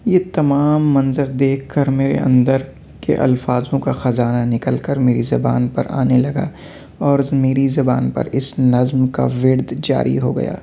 یہ تمام منظر دیکھ کر میرے اندر کے الفاظوں کا خزانہ نکل کر میری زبان پر آنے لگا اور میری زبان پر اس نظم کا ورد جاری ہو گیا